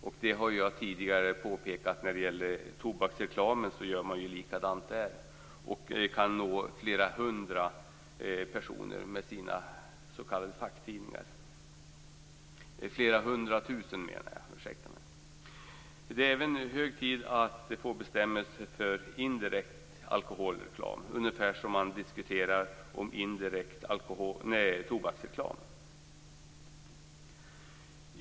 Jag har tidigare påpekat att man gör likadant med tobaksreklamen. Man kan nå flera hundratusen personer med s.k. facktidningar. Det är även hög tid att vi får bestämmelser för indirekt alkoholreklam, ungefär som de man diskuterar för indirekt tobaksreklam.